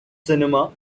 cinema